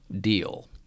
Deal